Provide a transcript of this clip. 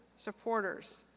supporters.